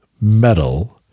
metal